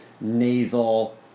nasal